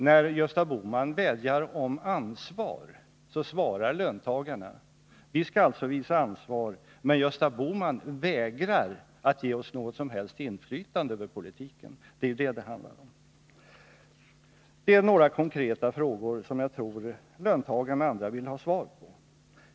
När Gösta Bohman vädjar om ansvar, så svarar självklart löntagarna så här: Vi skall alltså visa ansvar, men Gösta Bohman vägrar att ge oss något som helst inflytande över politiken. Det är vad det handlar om. Det finns några konkreta frågor som jag tror att löntagarna och andra gärna vill ha svar på.